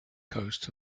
coast